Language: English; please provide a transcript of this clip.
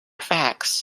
facts